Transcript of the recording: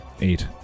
Eight